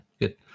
good